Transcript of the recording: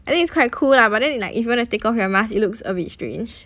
I think it's quite cool lah but then like if you wanna take off your mask it looks a bit strange